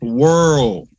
world